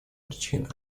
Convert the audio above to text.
причинам